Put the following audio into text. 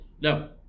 No